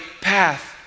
path